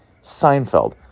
Seinfeld